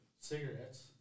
cigarettes